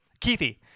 Keithy